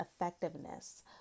effectiveness